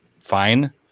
fine